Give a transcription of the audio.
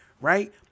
Right